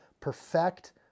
perfect